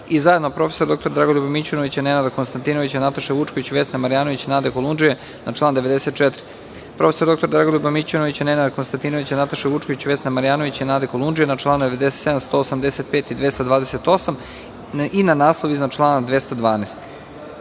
i zajedno prof. dr Dragoljuba Mićunovića, Nenada Konstantinovića, Nataše Vučković, Vesne Marjanović i Nade Kolundžije na član 94; prof. dr Dragoljuba Mićunovića, Nenada Konstantinovića, Nataše Vučković, Vesne Marjanović i Nade Kolundžije na čl. 97, 185. i 228. i na naslov iznad člana